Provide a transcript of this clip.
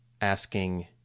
asking